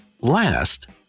Last